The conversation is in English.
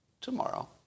tomorrow